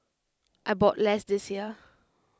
I bought less this year